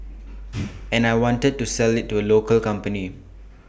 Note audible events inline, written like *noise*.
*noise* and I wanted to sell IT to local company